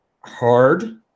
hard